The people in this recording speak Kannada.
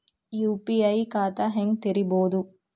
ಯು.ಪಿ.ಐ ಖಾತಾ ಹೆಂಗ್ ತೆರೇಬೋದು?